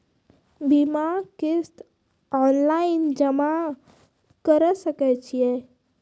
बीमाक किस्त ऑनलाइन जमा कॅ सकै छी?